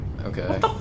Okay